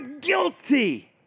guilty